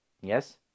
yes